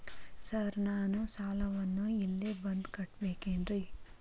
Sir ನಾನು ಸಾಲವನ್ನು ಇಲ್ಲೇ ಬಂದು ಕಟ್ಟಬೇಕೇನ್ರಿ?